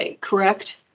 correct